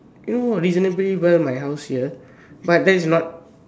you know reasonably well my house here but there is not